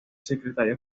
secretario